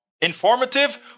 Informative